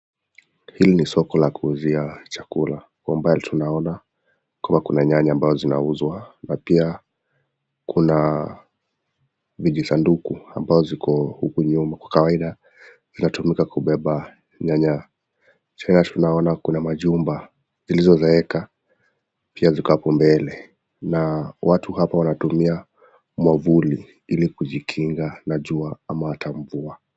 Hili ni soko la kuuzia chakula. Kwa umbali tunaona kuna nyanya ambazo zinauzwa na pia kuna vijisanduku ambavyo viko huku nyuma. Kwa kawaida vinatumika kubeba nyanya. Tena tunaona majumba zilizozeeka pia ziko hapo mbele, na watu hapa wanatumia mwavuli ili kujikinga na jua ama hata mvua.